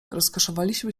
rozkoszowaliśmy